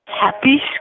Happy